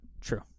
True